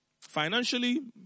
Financially